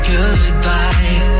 goodbye